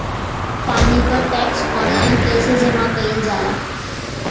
पानी क tax online कईसे जमा कईल जाला?